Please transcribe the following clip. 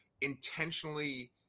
intentionally